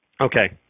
Okay